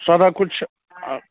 सारा किछु